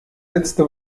letzte